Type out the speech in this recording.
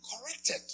corrected